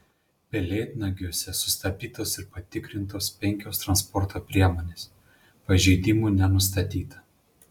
pelėdnagiuose sustabdytos ir patikrintos penkios transporto priemonės pažeidimų nenustatyta